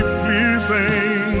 pleasing